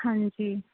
ਹਾਂਜੀ